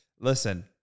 listen